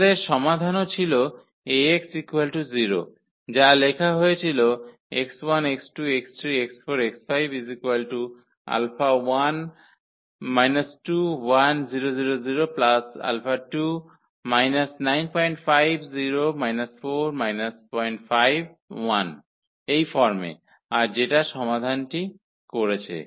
আমাদের সমাধানও ছিল 𝐴𝑥 0 যা লেখা হয়েছিল এই ফর্মে আর যেটা সমাধানটি করেছে